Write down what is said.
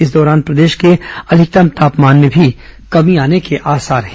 इस दौरान प्रदेश के अधिकतम तापमान में कमी आने के आसार हैं